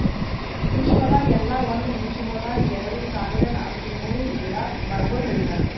ವಿಶ್ವದಾಗ್ ಎಲ್ಲಾ ಒಂದ್ ನಿಮಿಷಗೊಳ್ದಾಗ್ ಎರಡು ಸಾವಿರ ನಾಲ್ಕ ನೂರು ಗಿಡ ಮರಗೊಳ್ ಕಡಿತಾರ್